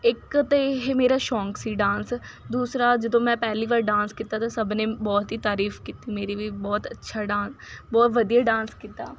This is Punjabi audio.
ਇੱਕ ਤਾਂ ਇਹ ਮੇਰਾ ਸ਼ੌਂਕ ਸੀ ਡਾਂਸ ਦੂਸਰਾ ਜਦੋਂ ਮੈਂ ਪਹਿਲੀ ਵਾਰ ਡਾਂਸ ਕੀਤਾ ਤਾਂ ਸਭ ਨੇ ਬਹੁਤ ਹੀ ਤਾਰੀਫ ਕੀਤੀ ਮੇਰੀ ਵੀ ਬਹੁਤ ਅੱਛਾ ਡਾਂਸ ਬਹੁਤ ਵਧੀਆ ਡਾਂਸ ਕੀਤਾ